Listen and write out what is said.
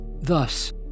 Thus